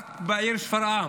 רק בעיר שפרעם